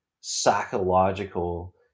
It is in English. psychological